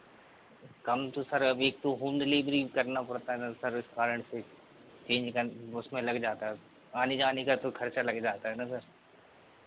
कम तो सर अभी तो होम डिलीवरी करना पड़ता है सर उस कारण से चेंज करना उसमें लग जाता है आने जाने का तो खर्चा लग जाता है ना सर